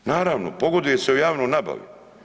Naravno pogoduje se u javnoj nabavi.